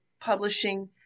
publishing